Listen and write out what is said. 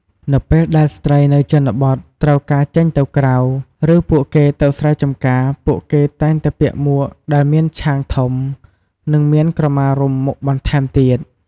នៅពេលដែលស្ត្រីនៅជនបទត្រូវការចេញទៅក្រៅ ឬពួកគេទៅស្រែចំការពួកគេតែងតែពាក់មួកដែលមានឆាងធំនិងមានក្រមារុំមុខបន្ថែមទៀត។